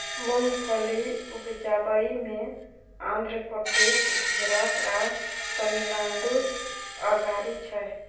मूंगफली उपजाबइ मे आंध्र प्रदेश, गुजरात आ तमिलनाडु अगारी छै